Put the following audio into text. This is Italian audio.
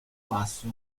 basso